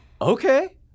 okay